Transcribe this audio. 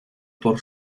por